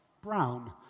brown